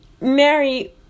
Mary